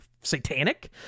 satanic